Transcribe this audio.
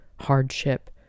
hardship